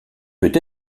peut